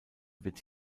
wird